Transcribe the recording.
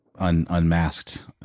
unmasked